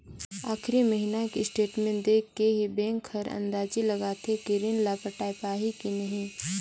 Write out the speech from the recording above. आखरी महिना के स्टेटमेंट देख के ही बैंक हर अंदाजी लगाथे कि रीन ल पटाय पाही की नही